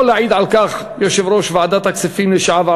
יכול להעיד על כך יושב-ראש ועדת הכספים לשעבר,